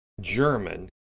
German